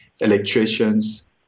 electricians